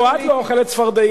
אה, ואפילו את לא אוכלת צפרדעים.